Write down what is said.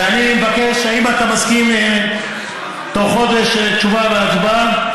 אני מבקש: האם אתה מסכים, תוך חודש תשובה והצבעה?